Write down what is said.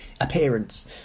appearance